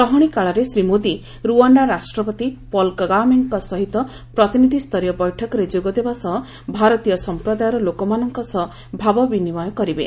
ରହଣିକାଳରେ Shri Modi Rwanda ରାଷ୍ଟ୍ରପତି Paul କଗାମେଙ୍କ ସହିତ ପ୍ରତିନିଧ୍ୟସରୀୟ ବୈଠକରେ ଯୋଗାଦବା ସହ ଭାରତୀୟ ସମ୍ପ୍ରଦାୟର ଲୋକମାନଙ୍କ ସହ ଭାବ ବିନିମୟ କରିବେ